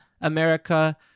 america